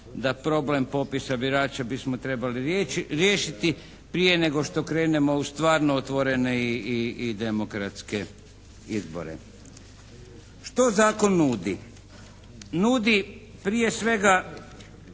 da problem popisa birača bismo trebali riješiti prije nego što krenemo u stvarno otvorene i demokratske izbore. Što zakon nudi? Nudi prije svega